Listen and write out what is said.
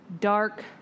dark